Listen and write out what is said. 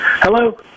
Hello